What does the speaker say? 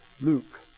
Luke